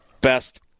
best